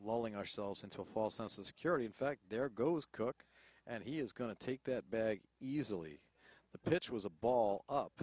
lowering ourselves into a false sense of security in fact there goes cook and he is going to take that bag easily the pitch was a ball up